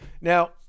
Now